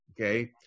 Okay